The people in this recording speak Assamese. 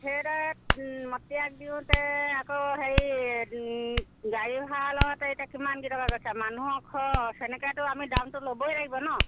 সেইদৰে মতীয়াক দিওঁতে আকৌ হেৰি গাড়ী ভাড়া লওঁতে এতিয়া কিমান কেইটকা গৈছে মানুহৰ খৰচ সেনেকৈতো আমি দামটো ল'বই লাগিব ন